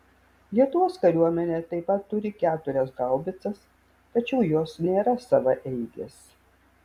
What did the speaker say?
lietuvos kariuomenė taip pat turi keturias haubicas tačiau jos nėra savaeigės